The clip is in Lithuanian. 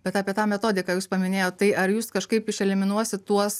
bet apie tą metodiką jūs paminėjot tai ar jūs kažkaip išeliminuosit tuos